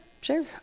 Sure